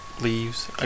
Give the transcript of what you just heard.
leaves